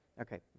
Okay